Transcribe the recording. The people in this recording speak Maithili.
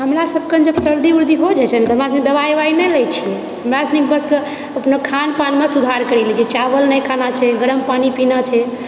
हमरासबके जब सर्दी वर्दी हो जाइत छै नहि तऽ हमरासब दवाइ ववाइ नहि लए छिए हमरासनि खानपानमे सुधार करि लए छिए चावल नही खाना छै गरम पानि पीना छै